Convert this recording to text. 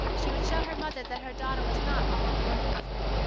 she would show her mother that her daughter was not all unworthy of her.